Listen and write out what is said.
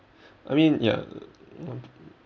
I mean ya